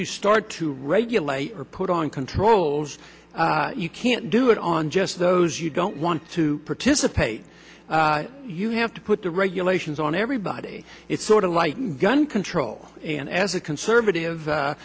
you start to regulate or put on controls you can't do it on just those you don't want to participate you have to put the regulations on everybody it's sort of like gun control and as a conservative